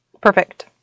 Perfect